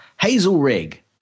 Hazelrig